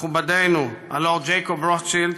מכובדנו הלורד ג'ייקוב רוטשילד,